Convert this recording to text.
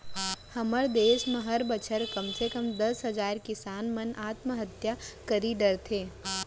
हमर देस म हर बछर कम से कम दस हजार किसान मन आत्महत्या करी डरथे